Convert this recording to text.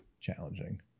challenging